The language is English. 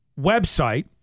website